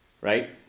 right